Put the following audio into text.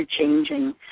changing